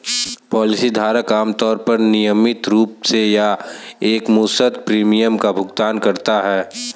policy धारक आमतौर पर नियमित रूप से या एकमुश्त प्रीमियम का भुगतान करता है